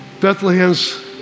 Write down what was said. Bethlehem's